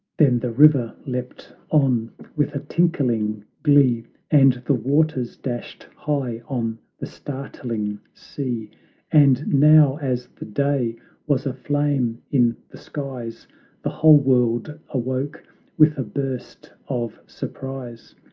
then the river leapt on with a tinkling glee and the waters dashed high on the startling sea and now as the day was aflame in the skies the whole world awoke with a burst of surprise!